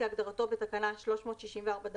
כהגדרתו בתקנה 364ד(ה),